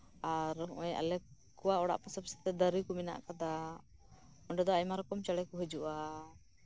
ᱟᱨ ᱟᱞᱮ ᱠᱚᱣᱟᱜ ᱚᱲᱟᱜ ᱟᱥᱮ ᱯᱟᱥᱮ ᱠᱚᱨᱮᱜ ᱫᱟᱨᱮ ᱠᱚ ᱢᱮᱱᱟᱜ ᱠᱟᱫᱟ ᱚᱱᱰᱮ ᱫᱚ ᱟᱭᱢᱟ ᱨᱚᱠᱚᱢ ᱪᱮᱬᱮ ᱠᱚ ᱦᱤᱡᱩᱜᱼᱟ